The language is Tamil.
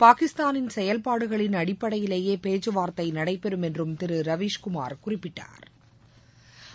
பாகிஸ்தானின் செயல்பாடுகளின் அடிப்படையிலேயேபேச்சுவார்த்தைநடைபெறும் என்றும் திருரவீஷ்குமார் குறிப்பிட்டாா்